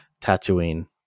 Tatooine